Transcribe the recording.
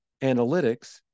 analytics